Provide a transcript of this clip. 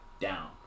down